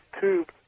tube